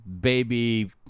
baby